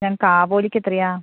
ഞങ്ങൾക്ക് ആവോലിക്ക് എത്രയാണ്